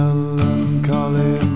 Melancholy